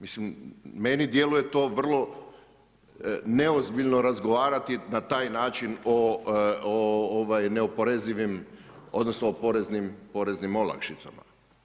Mislim, meni djeluje vrlo, neozbiljno razgovarati, na taj način, o neoporezivim, odnosno, o poreznim olakšicama.